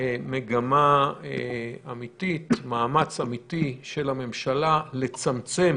מגמה אמיתית, מאמץ אמיתי, של הממשלה לצמצם